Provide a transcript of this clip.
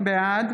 בעד